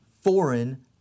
foreign